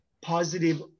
positive